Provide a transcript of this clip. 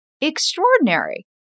extraordinary